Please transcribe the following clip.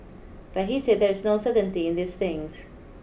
but he said there is no certainly in these things